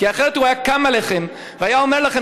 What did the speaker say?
כי אחרת הוא היה קם עליכם והיה אומר לכם: